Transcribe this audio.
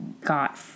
got